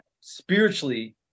spiritually